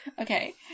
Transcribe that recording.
Okay